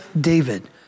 David